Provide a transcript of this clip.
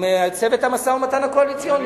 עם צוות המשא-ומתן הקואליציוני.